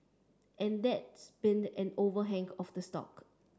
and that's been an overhang on the stock